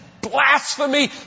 blasphemy